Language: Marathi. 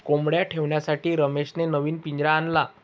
कोंबडया ठेवण्यासाठी रमेशने नवीन पिंजरा आणला